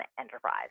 Enterprise